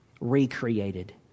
recreated